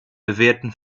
bewährten